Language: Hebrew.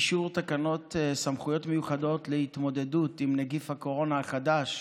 אישור תקנות סמכויות מיוחדות להתמודדות עם נגיף הקורונה החדש